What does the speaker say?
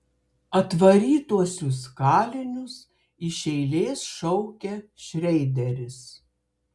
atvarytuosius kalinius iš eilės šaukia šreideris